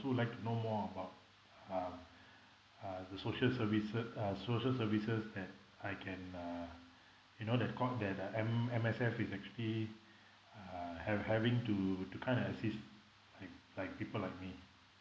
also like to know more about um uh the social services uh social services that I can uh you know that called that uh M M_S_F is actually uh have having to to kind of assist like like people like me